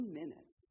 minutes